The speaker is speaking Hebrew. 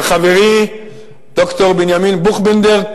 וחברי ד"ר בנימין בוכבינדר.